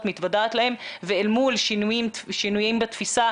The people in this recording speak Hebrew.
מתוודעת להם ואל מול שינויים בתפיסה,